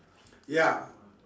ya